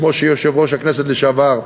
כמו שיושב-ראש הכנסת לשעבר,